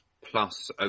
plus